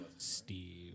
Steve